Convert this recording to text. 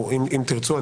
אם תרצו,